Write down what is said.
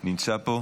נמצא פה?